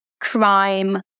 crime